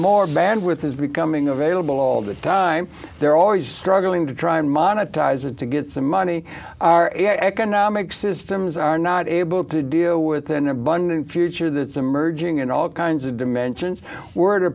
more bandwidth is becoming available all the time they're always struggling to try and monetize it to get some money our economic systems are not able to deal with an abundant future that's emerging in all kinds of dimensions werd